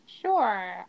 Sure